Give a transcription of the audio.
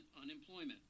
unemployment